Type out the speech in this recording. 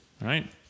right